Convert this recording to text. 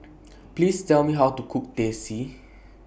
Please Tell Me How to Cook Teh C